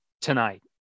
tonight